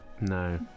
No